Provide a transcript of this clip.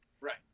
Right